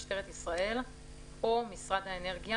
משטרת ישראל או משרד האנרגיה,